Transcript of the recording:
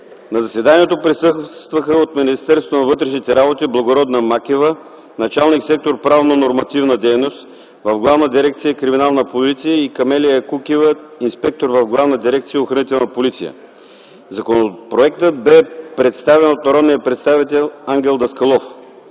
На заседанието присъстваха от Министерството на вътрешните работи: Благородна Макева – началник сектор „Правно нормативна дейност” в Главна дирекция „Криминална полиция”, и Камелия Кукева – инспектор в Главна дирекция „Охранителна полиция”. Законопроектът бе представен от народния представител Ангел Даскалов.